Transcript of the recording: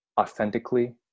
authentically